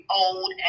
old